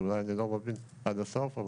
שאולי אני לא מבין עד הסוף,